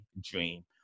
dream